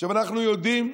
אנחנו יודעים,